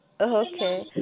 okay